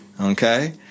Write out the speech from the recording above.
Okay